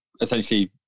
essentially